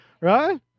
right